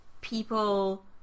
people